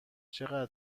چقدر